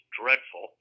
dreadful